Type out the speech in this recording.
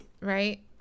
Right